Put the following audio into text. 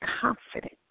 confident